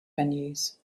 venues